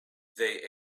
they